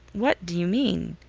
what do you mean?